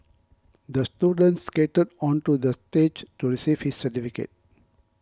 the student skated onto the stage to receive his certificate